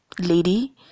lady